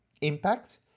impact